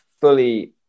fully